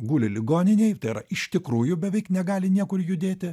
guli ligoninėj yra iš tikrųjų beveik negali niekur judėti